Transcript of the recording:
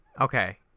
Okay